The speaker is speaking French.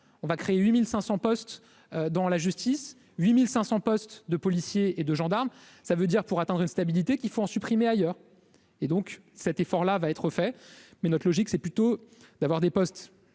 on va créer 8500 postes dans la justice 8500 postes de policiers et de gendarmes, ça veut dire pour atteindre une stabilité qu'il faut en supprimer ailleurs et donc cet effort là va être fait, mais notre logique, c'est plutôt d'avoir des postes